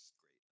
great